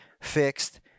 fixed